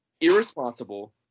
irresponsible